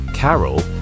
Carol